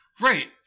Right